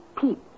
peep